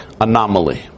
anomaly